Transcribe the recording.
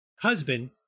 husband